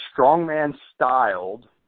strongman-styled